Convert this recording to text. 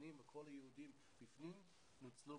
גרמנים וכל היהודים שהיו בפנים ניצלו.